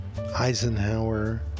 Eisenhower